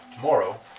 tomorrow